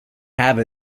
have